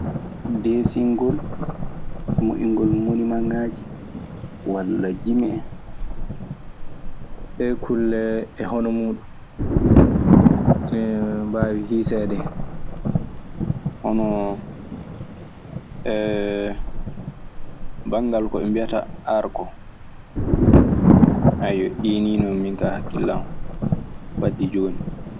Desingol, moyingol mimagaji wala jimihen. Ɗee kulle e hono muuɗun ne mbaawi hiiseede hen. Hono banngal ko ɓe mbiyata ar ko, eyyo, ɗi ni ka min kam hakkille am addi jooni.